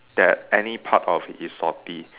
that any part of it is salty